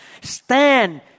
stand